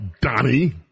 Donnie